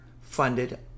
funded